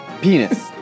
penis